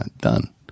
done